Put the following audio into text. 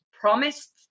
promised